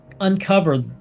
uncover